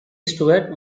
stuart